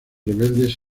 rebeldes